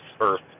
earth